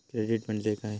Credit म्हणजे काय?